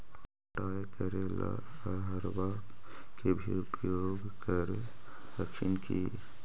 पटाय करे ला अहर्बा के भी उपयोग कर हखिन की?